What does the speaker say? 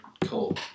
cool